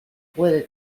puede